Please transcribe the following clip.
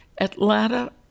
Atlanta